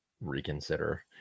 reconsider